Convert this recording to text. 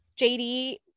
JD